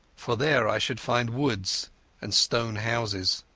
for there i should find woods and stone houses.